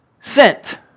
sent